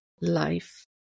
life